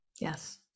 Yes